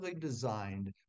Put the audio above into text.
designed